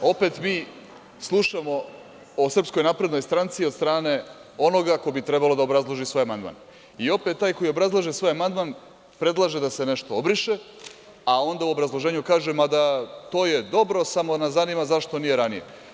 Opet mi slušamo o SNS od strane onoga ko bi trebalo da obrazloži svoj amandman, i opet taj koji obrazlaže svoj amandman predlaže da se nešto obriše, a onda u obrazloženju kaže, mada to je dobro, samo nas zanima zašto nije ranije.